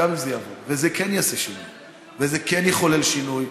גם אם זה יעבור וזה כן יעשה שינוי וזה כן יחולל שינוי,